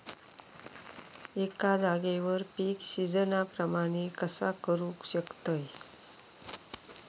एका जाग्यार पीक सिजना प्रमाणे कसा करुक शकतय?